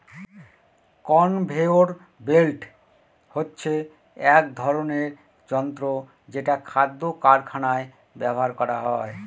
conveyor belt হচ্ছে এক ধরনের যন্ত্র যেটা খাদ্য কারখানায় ব্যবহার করা হয়